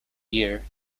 year